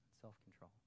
self-control